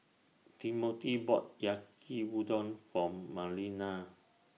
Timmothy bought Yaki Udon For Marlena